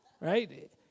Right